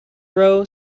row